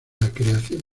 creación